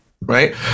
right